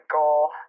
goal